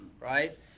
right